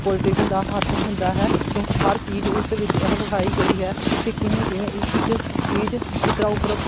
politician ਦਾ ਹੱਥ ਹੁੰਦਾ ਹੈ ਕਿਉਂਕਿ ਹਰ ਚੀਜ਼ ਉਸ ਵਿੱਚ ਇਹ ਵਿਖਾਈ ਗਈ ਹੈ ਕਿ ਕਿਵੇਂ ਕਿਵੇਂ ਇੱਕ ਇੱਕ ਚੀਜ਼ ਕਿਸ ਤਰ੍ਹਾਂ ਉੱਪਰੋਂ